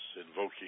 invoking